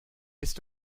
bist